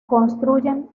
construyen